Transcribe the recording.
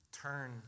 Turn